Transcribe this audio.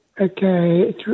Okay